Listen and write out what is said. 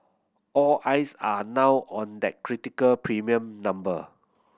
all eyes are now on that critical premium number